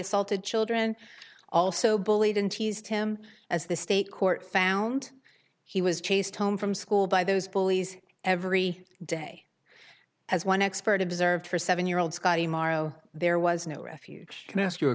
assaulted children also bullied and teased him as the state court found he was chased home from school by those bullies every day as one expert observed for seven year old scotty morrow there was no refuge can i ask you a